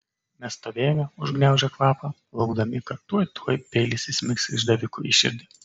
mes stovėjome užgniaužę kvapą laukdami kad tuoj tuoj peilis įsmigs išdavikui į širdį